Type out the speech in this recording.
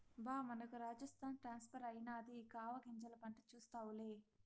బా మనకు రాజస్థాన్ ట్రాన్స్ఫర్ అయినాది ఇక ఆవాగింజల పంట చూస్తావులే